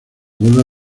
vuelve